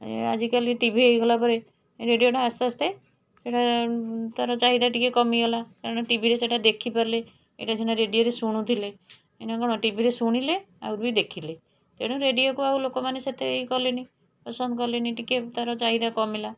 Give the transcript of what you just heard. ଆଜିକାଲି T V ହେଇଗଲା ପରେ ରେଡ଼ିଓଟା ଆସ୍ତେ ଆସ୍ତେ ସେଇଟା ତା'ର ଚାହିଦା ଟିକିଏ କମିଗଲା କାରଣ ଟିଭିରେ ସେଇଟା ଦେଖିପାରିଲେ ଏଇଟା ସିନା ରେଡ଼ିଓରେ ଶୁଣୁଥିଲେ ଏଇନା କ'ଣ ଟିଭିରେ ଶୁଣିଲେ ଆଉ ବି ଦେଖିଲେ ତେଣୁ ରେଡ଼ିଓକୁ ଲୋକମାନେ ସେତେ ଇଏ କଲେନି ପସନ୍ଦ କଲେନି ଟିକିଏ ତା'ର ଚାହିଦା କମିଲା